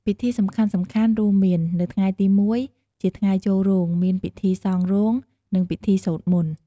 ពិធីសំខាន់ៗរួមមាន នៅថ្ងៃទី១ ជាថ្ងៃចូលរោងមាន ពិធីសង់រោង និងពិធីសូត្រមន្ត។